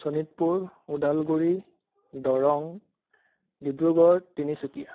Sonitpur Udalguri Darrang Dibrugarh Tinsukia